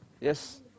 Yes